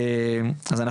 אז,